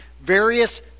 various